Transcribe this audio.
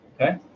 Okay